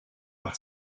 par